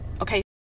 okay